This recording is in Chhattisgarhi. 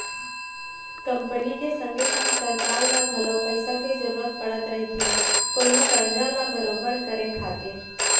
कंपनी के संगे संग सरकार ल घलौ पइसा के जरूरत पड़त रहिथे कोनो कारज ल बरोबर करे खातिर